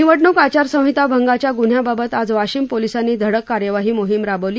निवडणुक आचारसंहिता भंगाच्या गुन्ह्यांबाबत आज वाशिम पोलिसांनी धडक कार्यवाही मोहीम राबवली